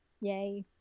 Yay